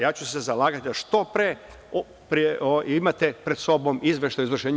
Ja ću se zalagati da što pre imate pred sobom izveštaj o izvršenju.